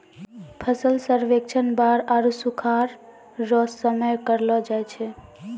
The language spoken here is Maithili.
फसल सर्वेक्षण बाढ़ आरु सुखाढ़ रो समय करलो जाय छै